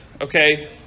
okay